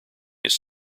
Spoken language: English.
his